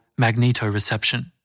magnetoreception